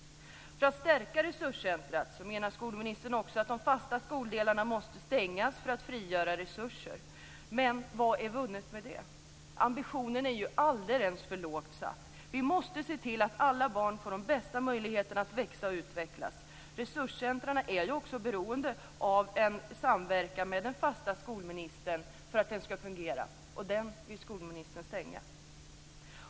För stärka resurscentrumet menar skolministern att de fasta skoldelarna måste stängas för att frigöra resurser. Men vad är vunnet med det? Ambitionen är ju alldeles för lågt satt. Vi måste se till att alla barn får de bästa möjligheterna att växa och utvecklas. Resurscentrumet är också beroende av en samverkan med en fast skoldel för att det ska fungera, och den vill skolministern stänga.